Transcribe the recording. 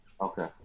Okay